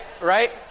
Right